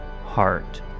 heart